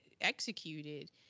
executed